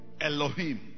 Elohim